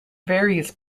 various